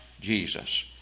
Jesus